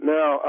Now